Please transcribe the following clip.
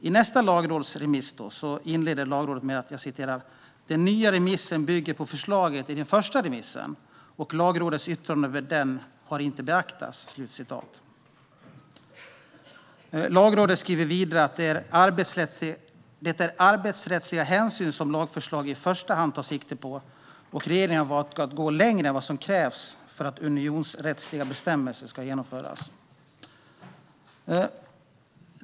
I nästa lagrådsremiss inleder Lagrådet med: "Den nya remissen bygger på förslagen i den första remissen och Lagrådets yttrande över den har inte beaktats." Lagrådet skriver vidare att det är arbetsrättsliga hänsyn som lagförslaget i första hand tar sikte på och att regeringen har valt att gå längre än vad som krävs för att de unionsrättsliga bestämmelserna ska genomföras.